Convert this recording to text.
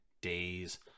days